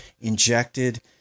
injected